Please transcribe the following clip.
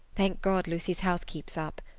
thank god, lucy's health keeps up.